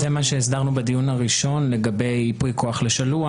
זה מה שהסדרנו בדיון הראשון לגבי ייפוי כוח לשלוח,